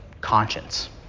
conscience